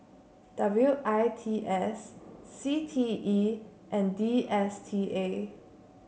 W I T S C T E and D S T A